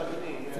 מאה אחוז.